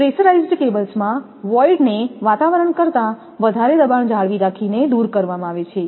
pressurised cables માં વોઈડને વાતાવરણ કરતા વધારે દબાણ જાળવી રાખીને દૂર કરવામાં આવે છે